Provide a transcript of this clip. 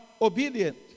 obedient